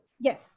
Yes